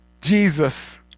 Jesus